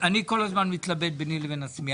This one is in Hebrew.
אני כל הזמן מתלבט ביני לבין עצמי.